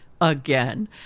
again